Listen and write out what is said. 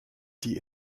die